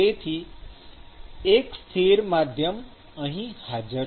તેથી એક સ્થિર માધ્યમ અહીં હાજર છે